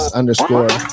underscore